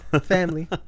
family